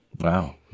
Wow